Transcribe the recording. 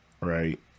right